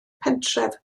pentref